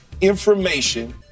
information